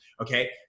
Okay